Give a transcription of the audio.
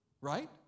right